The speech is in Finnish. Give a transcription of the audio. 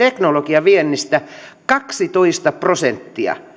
seudulta lähtee suomen teknologiaviennistä kaksitoista prosenttia ja